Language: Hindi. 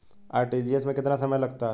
आर.टी.जी.एस में कितना समय लगता है?